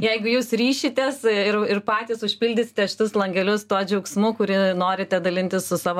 jeigu jūs ryšitės ir ir patys užpildysite šitus langelius tuo džiaugsmu kurį norite dalintis su savo